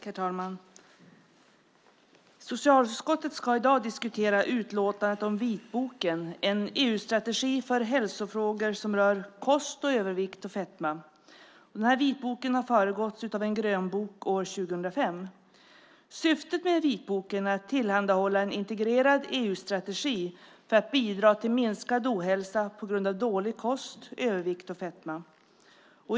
Herr talman! Socialutskottet ska i dag diskutera utlåtandet om vitboken En EU-strategi för hälsofrågor som rör kost, övervikt och fetma . Den här vitboken har föregåtts av en grönbok år 2005. Syftet med vitboken är att tillhandahålla en integrerad EU-strategi för att bidra till minskad ohälsa på grund av dålig kost, övervikt och fetma.